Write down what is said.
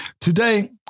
today